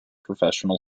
professional